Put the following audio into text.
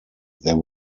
there